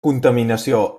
contaminació